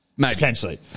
Potentially